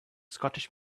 scottish